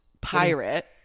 pirate